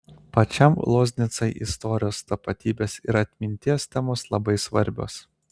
pačiam loznicai istorijos tapatybės ir atminties temos labai svarbios